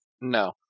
No